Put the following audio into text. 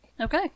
Okay